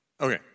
okay